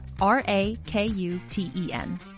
r-a-k-u-t-e-n